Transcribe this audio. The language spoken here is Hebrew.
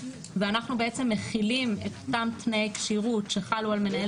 ואנחנו מחילים את אותם תנאי כשירות שחלו על מנהל